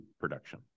production